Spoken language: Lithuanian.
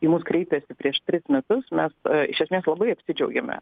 į mus kreipėsi prieš tris metus mes iš esmės labai apsidžiaugėme